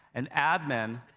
an admin,